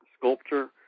sculpture